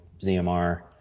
ZMR